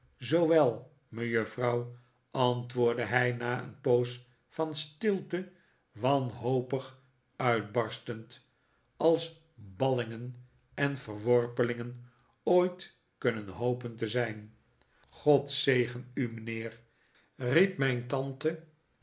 zoo wel mejuffrouw antwoordde hij na een poos van stilte wanhopig uitbarstend als ballingen en verworpelingen ooit kunnen hopen te zijn god zegen u mijnheer riep mijn tante